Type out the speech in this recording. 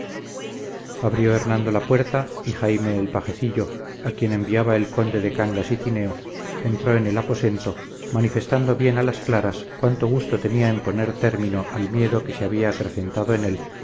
abrió hernando la puerta y jaime el pajecillo a quien enviaba el conde de cangas y tineo entró en el aposento manifestando bien a las claras cuánto gusto tenía en poner término al miedo que se había acrecentado en él